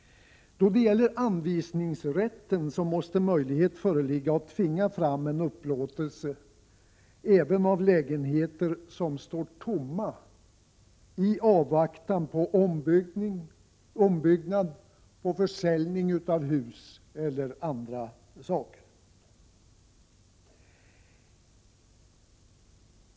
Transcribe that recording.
Då det gäller anvisningsrätten måste möjlighet föreligga att tvinga fram en upplåtelse även av lägenheter som står tomma i avvaktan på ombyggnad, försäljning av hus eller av andra skäl.